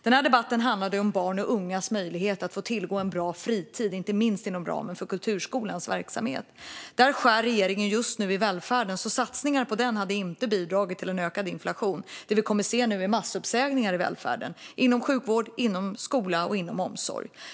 Denna debatt handlar ju om barns och ungas möjligheter att få tillgång till en bra fritid, inte minst inom ramen för kulturskolans verksamhet. Där skär regeringen just nu i välfärden. Satsningar på den hade alltså inte bidragit till en ökad inflation. Det som vi nu kommer att se är massuppsägningar i välfärden - inom sjukvård, skola och omsorg.